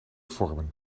vormen